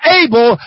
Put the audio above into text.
able